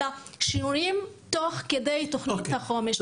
אלא שינויים תוך כדי תוכנית החומש.